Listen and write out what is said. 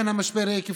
לכן המשבר יהיה כפליים,